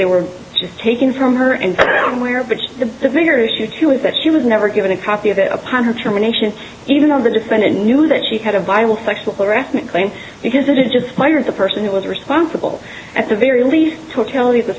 they were just taken from her and where the the bigger issue too is that she was never given a copy of it upon her terminations even though the defendant knew that she had a viable sexual harassment claim because it just might hurt the person who was responsible at the very least totality of the